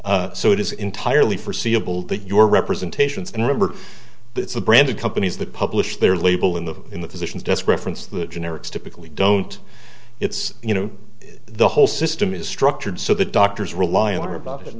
copy so it is entirely forseeable that your representations and remember it's a brand of companies that publish their label in the in the physician's desk reference that generics typically don't it's you know the whole system is structured so that doctors rely on about it